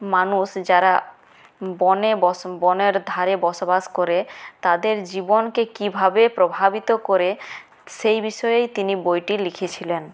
মানুষ যারা বনে বনের ধারে বসবাস করে তাদের জীবনকে কীভাবে প্রভাবিত করে সেই বিষয়ে তিনি বইটি লিখেছিলেন